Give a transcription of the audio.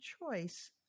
choice